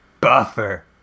buffer